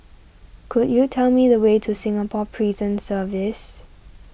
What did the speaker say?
could you tell me the way to Singapore Prison Service